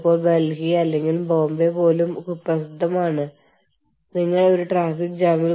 ഇപ്പോൾ ലോകത്തിന്റെ വിവിധ ഭാഗങ്ങളിൽ ബൌദ്ധിക സ്വത്ത് എങ്ങനെ സംരക്ഷിക്കപ്പെടുന്നു